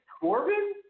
Corbin